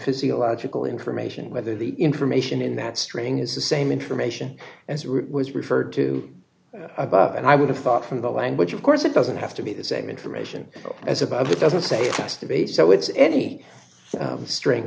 physiological information whether the information in that string is the same information as it was referred to above and i would have thought from the language of course it doesn't have to be the same information as about it doesn't say yesterday so it's any string